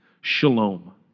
shalom